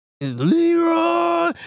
Leroy